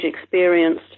experienced